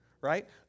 right